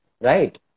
right